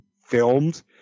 filmed